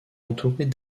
entourés